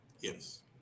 Yes